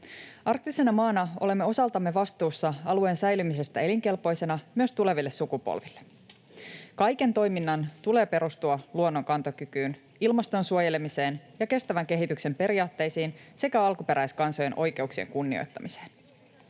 Arktisena maana olemme osaltamme vastuussa alueen säilymisestä elinkelpoisena myös tuleville sukupolville. Kaiken toiminnan tulee perustua luonnon kantokykyyn, ilmaston suojelemiseen ja kestävän kehityksen periaatteisiin sekä alkuperäiskansojen oikeuksien kunnioittamiseen.